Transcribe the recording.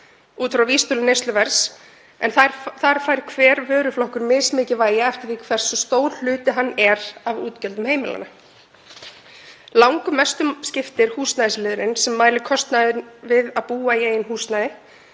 út frá vísitölu neysluverðs, en þar fær hver vöruflokkur mismikið vægi eftir því hversu stór hluti hann er af útgjöldum heimilanna. Langmestu máli skiptir húsnæðisliðurinn, sem mælir kostnaðinn við að búa í eigin húsnæði,